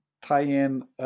tie-in